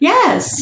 Yes